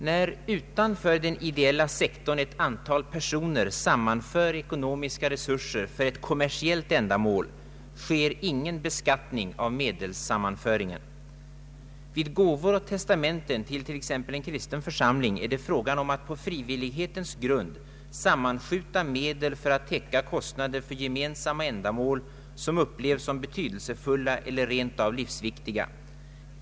När utanför den ideella sektorn ett antal personer sammanför ekonomiska resurser för ett kommersiellt ändamål, sker ingen beskattning av medelssammanföringen. Vid gåvor och testamenten till t.ex. en kristen församling är det fråga om att på frivillighetens grund sammanskjuta medel för att täcka kostnader för gemensamma ändamål, som upplevs som betydelsefulla eller rent av livsviktiga.